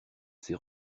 ses